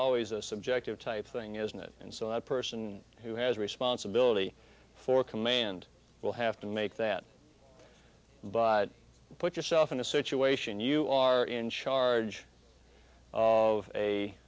always a subjective type of thing isn't it and so that person who has responsibility for command will have to make that but put yourself in a situation you are in charge of a